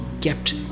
kept